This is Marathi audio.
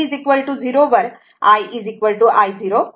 म्हणून t 0 वर i i0